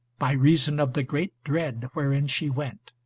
by reason of the great dread wherein she went.